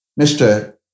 Mr